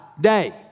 day